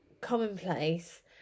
commonplace